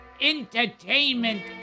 entertainment